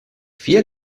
vier